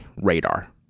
radar